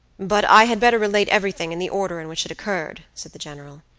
but i had better relate everything in the order in which it occurred, said the general.